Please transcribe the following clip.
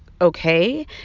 okay